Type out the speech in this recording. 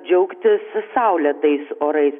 džiaugtis saulėtais orais